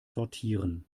sortieren